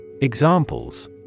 Examples